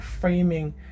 framing